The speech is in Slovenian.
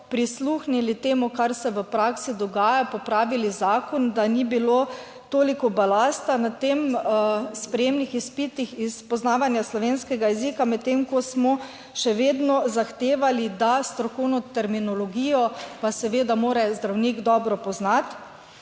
prisluhnili temu, kar se v praksi dogaja, popravili zakon, da ni bilo toliko balasta na tem sprejemnih izpitih iz poznavanja slovenskega jezika, medtem ko smo še vedno zahtevali, da strokovno terminologijo pa seveda mora zdravnik dobro poznati